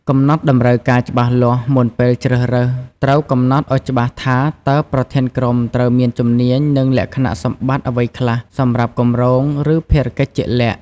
កំណត់តម្រូវការច្បាស់លាស់ មុនពេលជ្រើសរើស ត្រូវកំណត់ឱ្យច្បាស់ថា តើប្រធានក្រុមត្រូវមានជំនាញ និងលក្ខណៈសម្បត្តិអ្វីខ្លះសម្រាប់គម្រោង ឬភារកិច្ចជាក់លាក់។